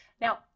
Now